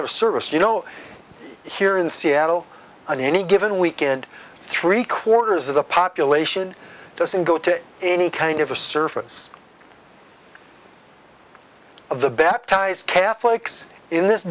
of service you know here in seattle on any given weekend three quarters of the population doesn't go to any kind of a surface of the baptized catholics in this